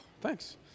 thanks